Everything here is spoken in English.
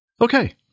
Okay